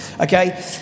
Okay